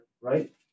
right